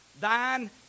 Thine